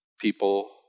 people